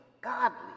godly